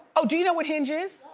oh, do you know what hinge is?